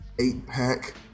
eight-pack